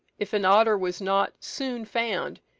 if an otter was not soon found,